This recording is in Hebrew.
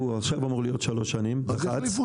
הוא עכשיו אמור להיות שלוש שנים דח"צ,